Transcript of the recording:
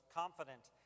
confident